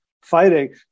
fighting